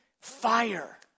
fire